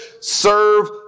Serve